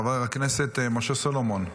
חבר הכנסת משה סלומון,